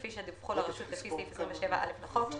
כפי שדווחו לרשות לפי סעיף 27(א) לחוק.".